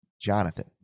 Jonathan